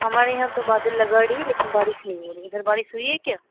हमारे यहाँ तो बादल लगा रही लेकिन बारिश नहीं हो रही उधर बारिश हुई है क्या